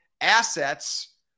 assets